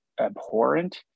abhorrent